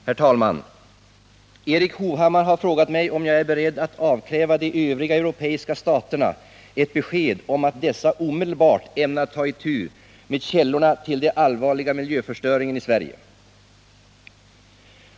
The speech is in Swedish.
Herr talman! Erik Hovhammar har frågat mig om jag är beredd att avkräva de övriga europeiska staterna ett besked om att dessa omedelbart ämnar ta itu med källorna till den allvarliga miljöförstöringen i Sverige.